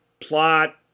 plot